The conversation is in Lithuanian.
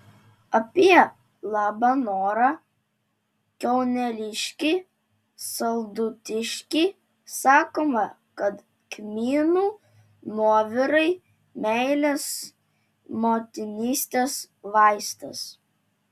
apie labanorą kiauneliškį saldutiškį sakoma kad kmynų nuovirai meilės motinystės vaistas